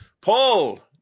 Paul